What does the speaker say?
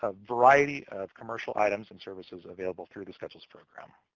ah variety of commercial items and services available through the schedules program.